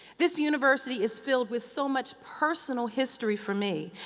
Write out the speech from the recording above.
this university is filled with so much personal history for me.